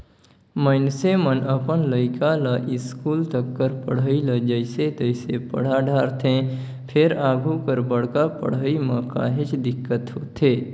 मइनसे मन अपन लइका ल इस्कूल तक कर पढ़ई ल जइसे तइसे पड़हा डारथे फेर आघु कर बड़का पड़हई म काहेच दिक्कत होथे